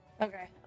Okay